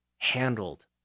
handled